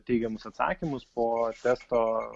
teigiamus atsakymus po testo